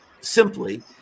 simply